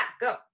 go